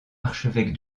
archevêque